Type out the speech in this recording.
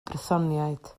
brythoniaid